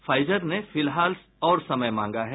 Pfizer ने फिलहाल और समय मांगा है